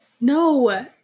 No